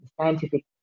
scientific